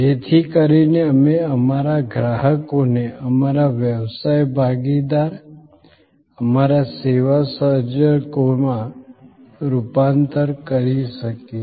જેથી કરીને અમે અમારા ગ્રાહકોને અમારા વ્યવસાય ભાગીદાર અમારા સેવા સહ સર્જકોમાં રૂપાંતરિત કરી શકીએ